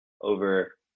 over